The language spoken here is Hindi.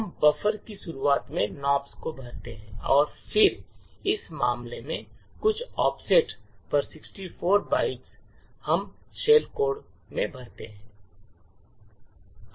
हम बफ़र की शुरुआत में nops को भरते हैं और फिर इस मामले में कुछ ऑफसेट पर 64 बाइट्स हम शेल कोड में भरते हैं